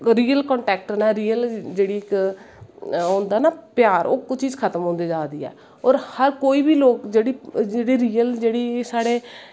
real contact real जेह्ड़ी होंदा ना प्यार ओह् चीज़ खत्म होंदी जा करदी ऐ और हर कोई बी लोग जेह्ड़ी रियल जेह्ड़ी साढ़े